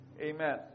Amen